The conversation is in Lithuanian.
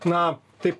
na taip